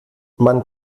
man